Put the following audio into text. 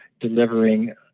delivering